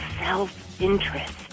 self-interest